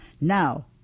Now